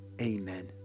amen